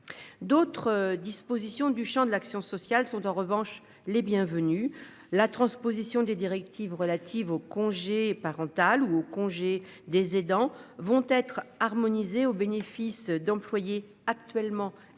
D'autres dispositions du Champ de l'action sociale sont en revanche les bienvenus. La transposition des directives relatives au congé parental ou congé des aidants vont être harmonisées au bénéfice d'employer actuellement exclus